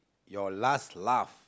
your last laugh